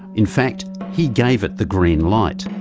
in fact he gave it the green light.